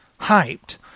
hyped